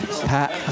pat